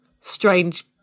strange